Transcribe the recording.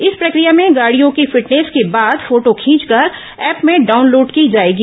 इस प्रक्रिया में गाड़ियों की फिटनेस के बाद फोटो खींचकर ऐप में डाउनलोड की जाएगी